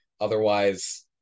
Otherwise